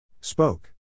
Spoke